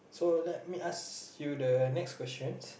so let me ask you the next questions